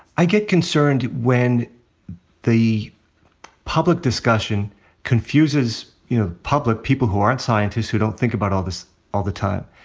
i get concerned when the public discussion confuses, you know, the public, people who aren't scientists, who don't think about all this all the time.